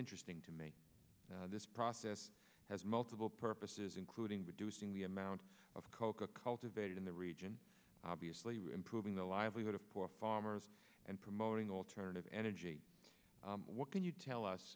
interesting to me this process has multiple purposes including reducing the amount of coca cultivated in the region obviously we're improving the livelihood of poor farmers and promoting alternative energy what can you tell us